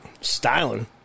Styling